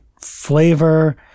flavor